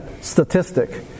statistic